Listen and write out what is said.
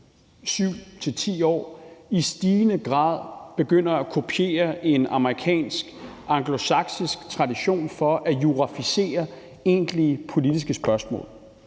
7-10 år i stigende grad er begyndt at kopiere en amerikansk, anglosaksisk tradition for at juraficere egentlig politiske spørgsmål.